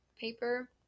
paper